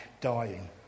dying